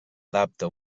adapta